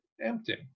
empty